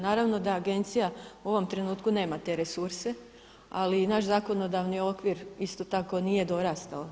Naravno da agencija u ovom trenutku nema te resurse ali i naš zakonodavni okvir isto tako nije dorastao tome.